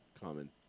common